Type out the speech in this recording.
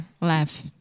laugh